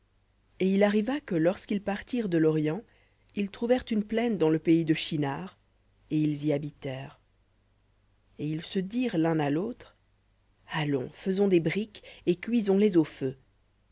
et il arriva que lorsqu'ils partirent de l'orient ils trouvèrent une plaine dans le pays de shinhar et ils y habitèrent et ils se dirent l'un à l'autre allons faisons des briques et cuisons les au feu